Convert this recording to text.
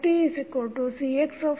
ytCxtDu